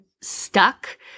stuck